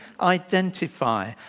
identify